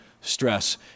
stress